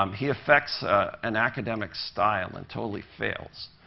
um he affects an academic style and totally fails.